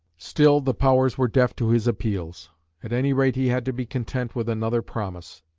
still the powers were deaf to his appeals at any rate he had to be content with another promise.